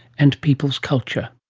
and people's culture.